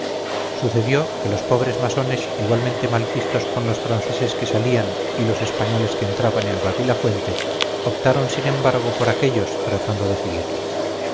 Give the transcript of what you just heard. sucedió que los pobres masones igualmente malquistos con los franceses que salían y los españoles que entraban en babilafuente optaron sin embargo por aquellos tratando de seguirles